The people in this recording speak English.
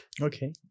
Okay